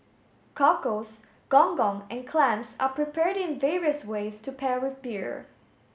cockles gong gong and clams are prepared in various ways to pair with beer